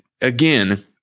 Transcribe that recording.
again